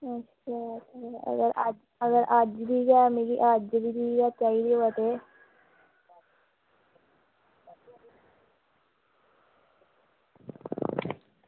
अगर अज्ज दी गै चाहिदी होऐ ते